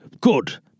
Good